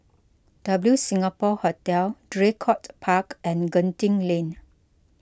W Singapore Hotel Draycott Park and Genting Lane